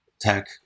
tech